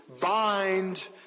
bind